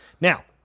Now